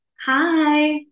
Hi